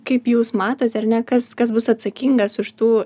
kaip jūs matot ar ne kas kas bus atsakingas už tų